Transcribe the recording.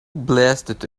blasted